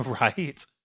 Right